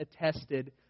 attested